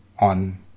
on